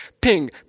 Ping